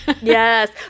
Yes